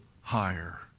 higher